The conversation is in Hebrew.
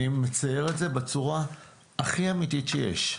אני מצייר את זה בצורה הכי אמיתית שיש.